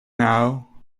now